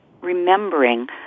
remembering